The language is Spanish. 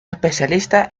especialista